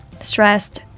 stressed